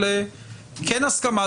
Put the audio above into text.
כן הסכמה,